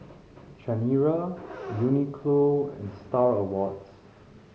Chanira Uniqlo and Star Awards